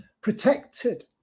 protected